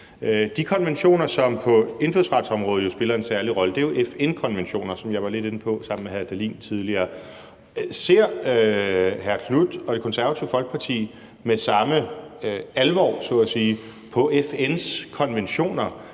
De konventioner, som på indfødsretsområdet spiller en særlig rolle, er jo FN-konventioner, hvilket jeg var lidt inde på sammen med hr. Morten Dahlin tidligere. Ser hr. Marcus Knuth og Det Konservative Folkeparti med samme alvor så at sige på FN's konventioner,